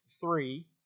three